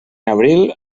abril